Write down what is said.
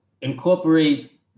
incorporate